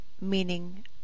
meaning